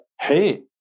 hey